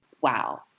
Wow